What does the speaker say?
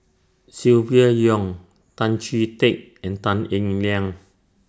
Silvia Yong Tan Chee Teck and Tan Eng Liang